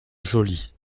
joly